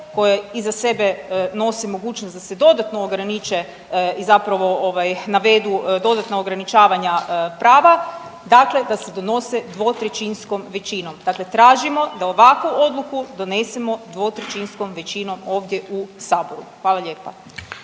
koje iza sebe mogućnost da se dodatno ograniče i zapravo navedu dodatna ograničavanja prava, dakle da se donose dvotrećinskom većinom. Dakle, tražimo da ovakvu odluku donesemo dvotrećinskom većinom ovdje u Saboru. Hvala lijepa.